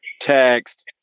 text